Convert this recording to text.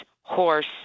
horse